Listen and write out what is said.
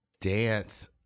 Dance